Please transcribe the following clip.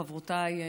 חברותיי,